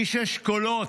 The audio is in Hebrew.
איש אשכולות.